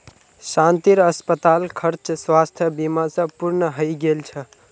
शांतिर अस्पताल खर्च स्वास्थ बीमा स पूर्ण हइ गेल छ